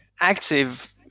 active